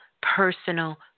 personal